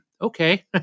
okay